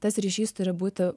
tas ryšys turi būti